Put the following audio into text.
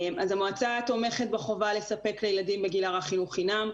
אז המועצה תומכת בחובה לספק לילדים בגיל הרך חינוך חינם,